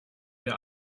der